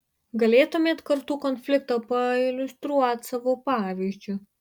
galėtumėt kartų konfliktą pailiustruot savo pavyzdžiu